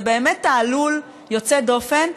זה באמת תעלול יוצא דופן,